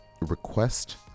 request